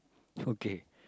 okay